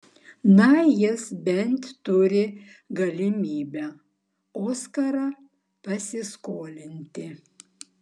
na jis bent turi galimybę oskarą pasiskolinti